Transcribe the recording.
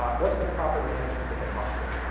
um what's the proper management of the household?